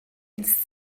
ins